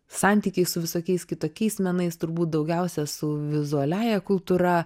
santykiai su visokiais kitokiais menais turbūt daugiausia su vizualiąja kultūra